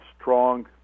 strong